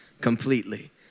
completely